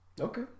Okay